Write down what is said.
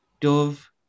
dove